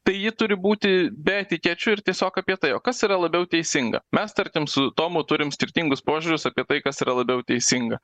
tai ji turi būti be etikečių ir tiesiog apie tai o kas yra labiau teisinga mes tarkim su tomu turim skirtingus požiūrius apie tai kas yra labiau teisinga